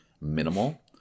minimal